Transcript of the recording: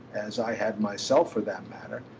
as i had myself for that matter,